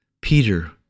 Peter